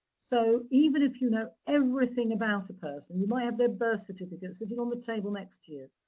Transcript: so, even if you know everything about a person, you might have their birth certificate sitting on the table next to you,